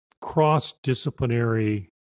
cross-disciplinary